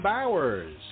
Bowers